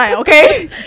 Okay